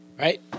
right